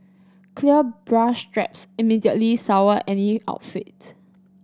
clear bra straps immediately sour any outfits